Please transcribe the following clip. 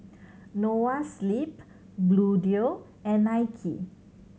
Noa Sleep Bluedio and Nike